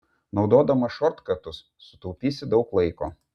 naudodamas šortkatus sutaupysi daug laiko